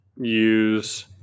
use